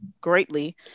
greatly